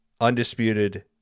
undisputed